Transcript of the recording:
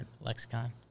Lexicon